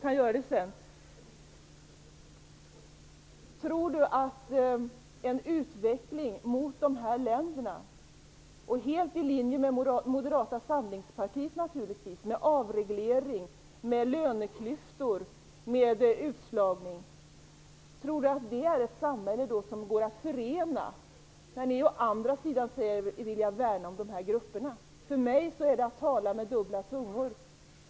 Men tror Elver Jonsson på en utveckling i samma riktning som i de här länderna, en utveckling som naturligtvis är helt i linje med vad Moderata samlingspartiet förespråkar - med avreglering, löneklyftor och utslagning? Kan man tala om ett sådant samhälle och samtidigt säga att man vill värna de här grupperna? För mig är det att tala med kluven tunga.